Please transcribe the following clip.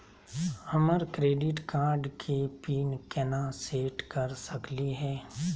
हमर credit card के pin केना सेट कर सकली हे?